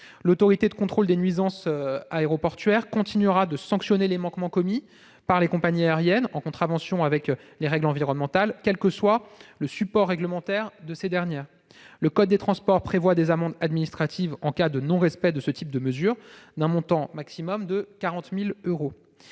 l'Autorité de contrôle des nuisances aéroportuaires continuera de sanctionner les manquements commis par les compagnies aériennes en contravention avec les règles environnementales, quel que soit le support réglementaire de ces dernières. Le code des transports prévoit des amendes administratives en cas de non-respect de ce type de mesures d'un montant maximum de 40 000 euros.